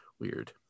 weird